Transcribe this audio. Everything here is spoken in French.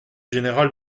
général